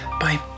Bye